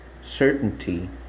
certainty